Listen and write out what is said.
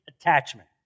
attachment